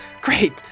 Great